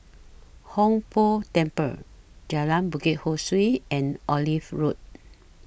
Hong Tho Temple Jalan Bukit Ho Swee and Olive Road